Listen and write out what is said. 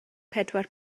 pedwar